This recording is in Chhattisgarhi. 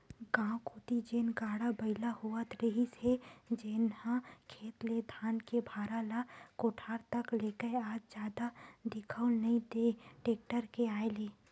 गाँव कोती जेन गाड़ा बइला होवत रिहिस हे जेनहा खेत ले धान के भारा ल कोठार तक लेगय आज जादा दिखउल नइ देय टेक्टर के आय ले